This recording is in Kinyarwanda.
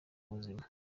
buzima